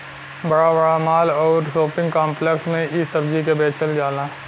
बड़ा बड़ा माल आउर शोपिंग काम्प्लेक्स में इ सब्जी के बेचल जाला